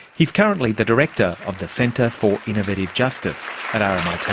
he is currently the director of the centre for innovative justice at um